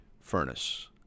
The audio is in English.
furnace